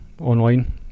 online